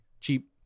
cheap